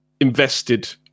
invested